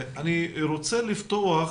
אני רוצה לפתוח